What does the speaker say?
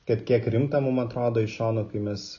kad kiek rimta mums atrodo iš šono kai mes